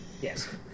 Yes